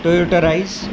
Toyota rice